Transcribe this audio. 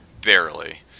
Barely